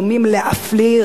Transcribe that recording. דומים להפליא,